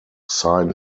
sign